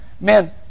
man